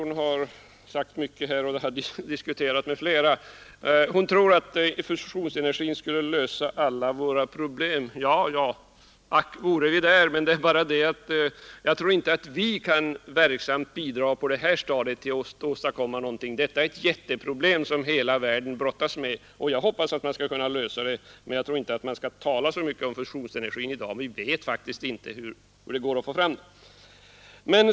Hon har sagt en hel del här och diskuterat med flera. Fru Hambraeus tror att fusionsenergin skulle lösa alla våra problem. Ack, vore vi där! Jag tror inte att vi på detta stadium kan verksamt bidraga till att åstadkomma någonting. Det är ett jätteproblem som hela världen brottas med, och jag hoppas att man skall kunna lösa det, men jag tror inte att vi skall tala så mycket om fusionsenergi i dag. Vi vet faktiskt inte hur det går att få fram den.